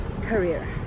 career